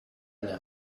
eine